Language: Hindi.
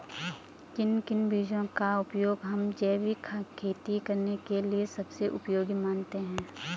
किन किन बीजों का उपयोग हम जैविक खेती करने के लिए सबसे उपयोगी मानते हैं?